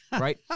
right